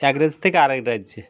এক রাজ্য থেকে আরেক রাজ্যে